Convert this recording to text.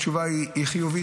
התשובה היא חיובית,